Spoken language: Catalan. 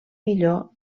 millor